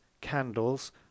Candles